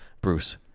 Bruce